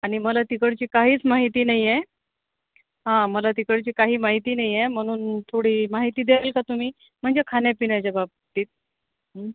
आणि मला तिकडची काहीच माहिती नाही आहे हा मला तिकडची काही माहिती नाही आहे म्हणून थोडी माहिती द्याल का तुम्ही म्हणजे खाण्यापिण्याच्या बाबतीत